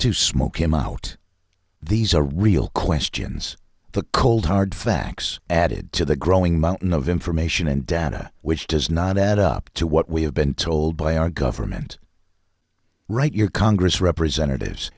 to smoke him out these are real questions the cold hard facts added to the growing mountain of information and data which does not add up to what we have been told by our government write your congress representatives